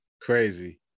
crazy